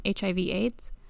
HIV-AIDS